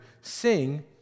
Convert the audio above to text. sing